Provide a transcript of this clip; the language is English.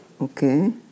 Okay